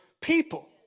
people